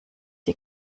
die